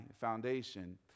foundation